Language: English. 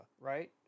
right